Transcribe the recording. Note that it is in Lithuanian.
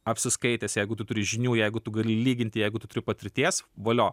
apsiskaitęs jeigu tu turi žinių jeigu tu gali lyginti jeigu tu turi patirties valio